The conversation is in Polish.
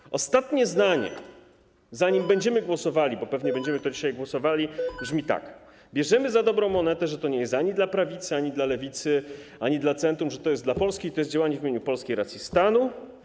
Moje ostatnie zdanie, zanim będziemy głosowali, bo pewnie będziemy nad tym dzisiaj głosowali, brzmi tak: przyjęliśmy za dobrą monetę, że to nie jest ani dla prawicy, ani dla lewicy, ani dla centrum, że to jest dla Polski i to jest działanie w imieniu polskiej racji stanu.